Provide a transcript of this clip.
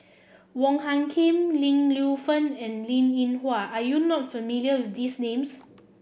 Wong Hung Khim Ling Lienfung and Linn In Hua are you not familiar these names